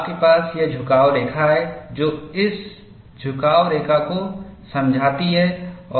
आपके पास यह झुकाव रेखा है जो इस झुकाव रेखा को समझाती है